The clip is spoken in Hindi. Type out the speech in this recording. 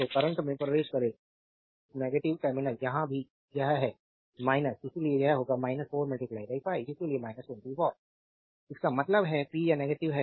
तो करंट में प्रवेश करें नेगेटिव टर्मिनल यहां भी यह है इसलिए यह होगा 4 5 इसलिए 20 वाट इसका मतलब है पी या नेगेटिव है